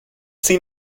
sie